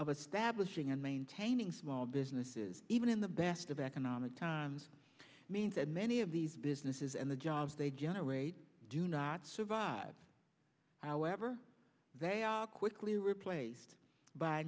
of a stab wishing and maintaining small businesses even in the best of economic times means that many of these businesses and the jobs they generate do not survive however they are quickly replaced by